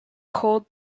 culled